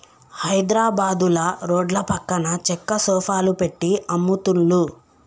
హైద్రాబాదుల రోడ్ల పక్కన చెక్క సోఫాలు పెట్టి అమ్ముతున్లు